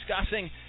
discussing